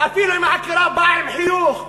אפילו אם העקירה באה עם חיוך,